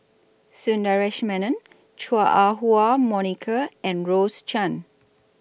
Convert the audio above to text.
Sundaresh Menon Chua Ah Huwa Monica and Rose Chan